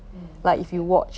mm quite sad